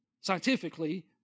scientifically